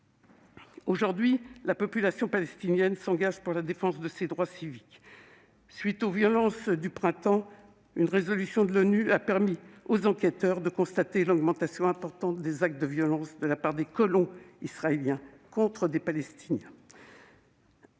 Aujourd'hui, la population palestinienne s'engage pour la défense de ses droits civiques. À la suite des violences du printemps, une résolution de l'ONU a permis aux enquêteurs de constater l'augmentation importante des actes de violence de la part de colons israéliens contre des Palestiniens.